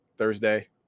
Thursday